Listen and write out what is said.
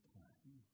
time